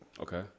Okay